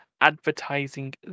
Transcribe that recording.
advertising